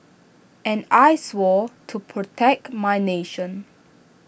and I swore to protect my nation